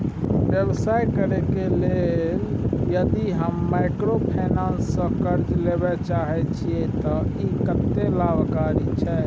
व्यवसाय करे के लेल यदि हम माइक्रोफाइनेंस स कर्ज लेबे चाहे छिये त इ कत्ते लाभकारी छै?